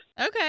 Okay